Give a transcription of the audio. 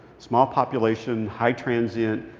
small population. high transient.